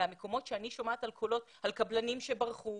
מהמקומות שאני שומעת על קבלנים שברחו,